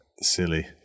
silly